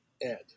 Ed